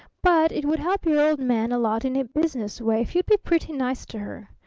but it would help your old man a lot in a business way if you'd be pretty nice to her.